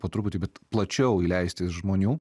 po truputį bet plačiau įleisti žmonių